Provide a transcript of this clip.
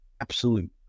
absolute